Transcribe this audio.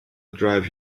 drive